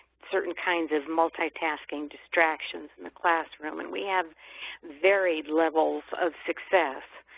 certain kinds of multitasking distractions in the classroom and we have varied levels of success.